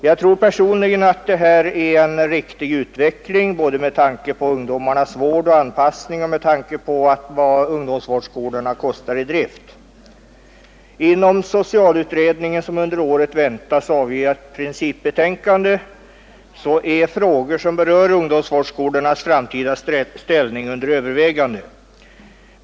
Jag tror personligen att detta är en riktig utveckling både med tanke på ungdomarnas vård och anpassning och med tanke på vad ungdomsvårdsskolorna kostar i drift. Inom socialutredningen, som under året väntas avge ett principbetänkande, är frågor som berör ungdomsvårdsskolornas framtida ställning under övervägande.